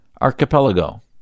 Archipelago